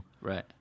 Right